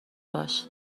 باش